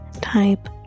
type